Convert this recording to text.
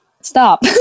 stop